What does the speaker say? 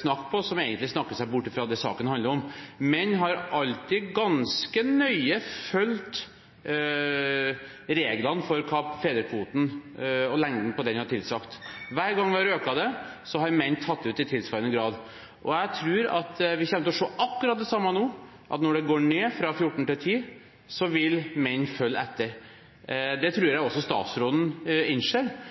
snakke på som egentlig er å snakke seg bort fra det saken handler om. Menn har alltid ganske nøye fulgt reglene for hva fedrekvoten – og lengden på den – har tilsagt. Hver gang vi har økt den, har menn tatt ut i tilsvarende grad. Jeg tror at vi kommer til å se akkurat det samme nå – at når det går ned fra 14 til 10 uker, vil menn følge etter. Det tror jeg